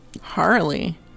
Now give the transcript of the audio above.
Harley